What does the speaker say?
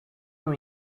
não